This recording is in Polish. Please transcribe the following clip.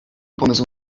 pomysł